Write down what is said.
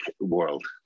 world